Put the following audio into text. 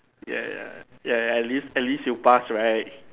ya ya ya ya ya at least at least you passed right